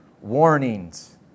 warnings